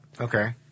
Okay